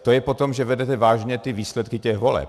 To je potom, že berete vážně výsledky těch voleb.